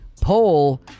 poll